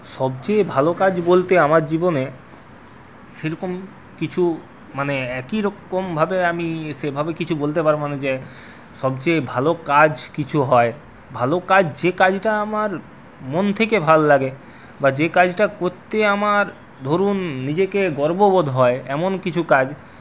সবচেয়ে ভালো কাজ বলতে আমার জীবনে সেরকম কিছু মানে একই রকমভাবে আমি সেভাবে কিছু বলতে পারব না যে সবচেয়ে ভালো কাজ কিছু হয় ভালো কাজ যে কাজটা আমার মন থেকে ভাল লাগে বা যে কাজটা করতে আমার ধরুন নিজেকে গর্ব বোধ হয় এমন কিছু কাজ